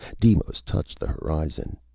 deimos touched the horizon.